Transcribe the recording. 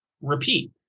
Repeat